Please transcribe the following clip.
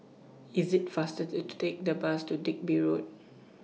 IT IS faster to Take The Bus to Digby Road